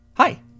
Hi